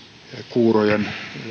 kuurojen